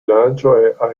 lancio